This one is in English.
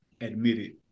admitted